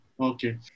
Okay